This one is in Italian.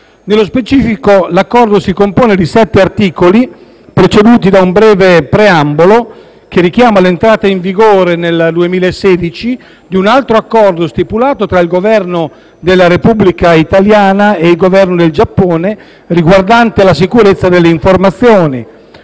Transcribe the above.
Nello specifico, l'Accordo si compone di sette articoli, preceduti da un breve preambolo che richiama l'entrata in vigore, nel 2016, di un altro Accordo stipulato tra il Governo della Repubblica italiana e il Governo del Giappone e riguardante la sicurezza delle informazioni,